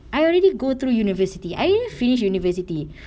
I already go through university I even finished university